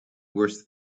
worse